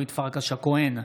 אורית פרקש הכהן,